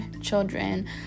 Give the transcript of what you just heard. children